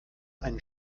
einen